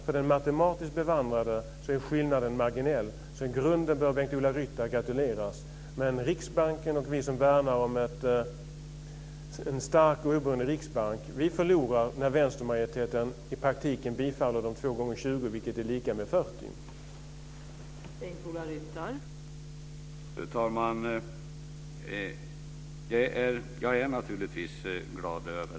För den matematiskt bevandrade är skillnaden marginell. I grunden bör Bengt-Ola Ryttar gratuleras. Men Riksbanken och vi som värnar om en stark och oberoende riksbank förlorar när vänstermajoriteten i praktiken tillstyrker de två gånger 20 miljarderna, vilket är lika med 40 miljarder.